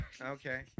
Okay